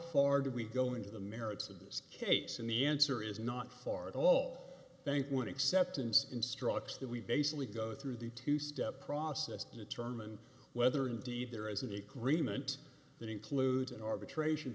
far did we go into the merits of this case in the answer is not far at all thank one acceptance instructs that we basically go through the two step process to determine whether indeed there isn't a cream and that includes an arbitration